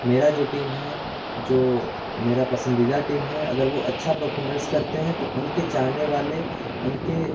मेरी जो टीम है जो मेरी पसंदीदा टीम है अगर वह अच्छा परफोर्मेंस करते हैं तो उनके चाहने वाले उनके